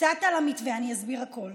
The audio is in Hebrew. אני אסביר הכול.